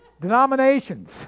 denominations